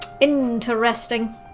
Interesting